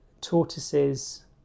tortoises